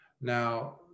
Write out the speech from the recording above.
Now